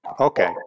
Okay